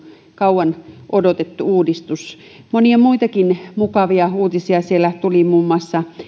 kauan odotettu uudistus monia muitakin mukavia uutisia siellä tuli muun muassa